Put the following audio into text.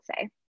say